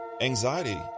anxiety